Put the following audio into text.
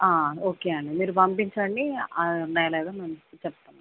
okay అండి మీరు పంపించండి అవి ఉన్నయో లేదో చెప్తాము